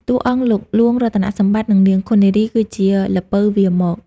តួអង្គ លោកហ្លួងរតនសម្បត្តិ និងនាងឃុននារី គឺជា "ល្ពៅវារមក"។